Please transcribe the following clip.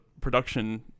production